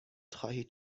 خواهید